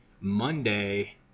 Monday